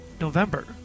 November